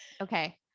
okay